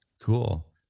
Cool